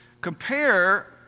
Compare